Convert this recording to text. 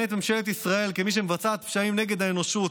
את ממשלת ישראל מי שמבצעת פשעים נגד האנושות,